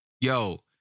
Yo